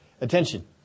attention